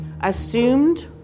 assumed